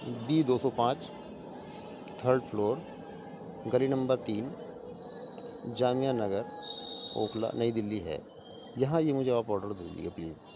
be دو سو پانچ تھرڈ فلور گلی نمبر تین جامعہ نگر اوکھلا نئی دہلی ہے یہاں یہ مجھے آپ آڈر دے دیجیے گا پلیز